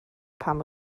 pam